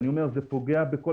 זה פוגע בכולם,